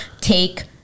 take